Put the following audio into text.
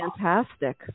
fantastic